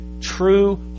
True